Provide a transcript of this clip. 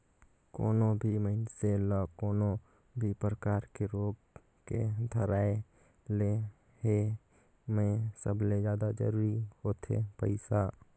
कोनो भी मइनसे ल कोनो भी परकार के रोग के धराए ले हे में सबले जादा जरूरी होथे पइसा